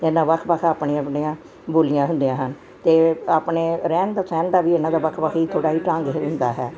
ਇਹਨਾਂ ਵੱਖ ਵੱਖ ਆਪਣੀਆਂ ਆਪਣੀਆਂ ਬੋਲੀਆਂ ਹੁੰਦੀਆਂ ਹਨ ਤੇ ਆਪਣੇ ਰਹਿਣ ਦਾ ਸਹਿਣ ਦਾ ਵੀ ਇਹਨਾਂ ਦਾ ਵੱਖ ਵੱਖ ਹੀ ਥੋੜਾ ਹੀ ਢੰਗ ਹੀ ਹੁੰਦਾ ਹੈ